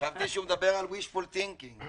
חשבתי שהוא מדבר על Wishful thinking.